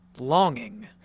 Longing